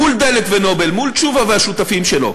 מול "דלק" ו"נובל", מול תשובה והשותפים שלו,